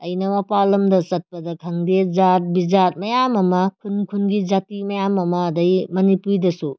ꯑꯩꯅ ꯃꯄꯥꯟ ꯂꯝꯗ ꯆꯠꯄꯕ ꯈꯪꯗꯦ ꯖꯥꯠ ꯕꯤꯖꯥꯠ ꯃꯌꯥꯝ ꯑꯃ ꯈꯨꯟ ꯈꯨꯟꯒꯤ ꯖꯥꯇꯤ ꯃꯌꯥꯝ ꯑꯃ ꯑꯗꯒꯤ ꯃꯅꯤꯄꯨꯔꯤꯗꯁꯨ